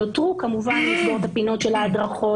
נותר כמובן לסגור את הפינות של ההדרכות,